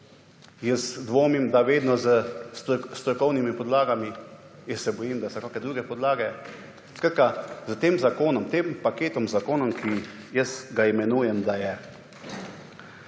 Jaz dvomim, da vedno s strokovnimi podlagami jaz se bojim, da so kakšne druge podlage. Skratka, s tem zakonom tem paketom zakona, ki ga jaz imenujem, da je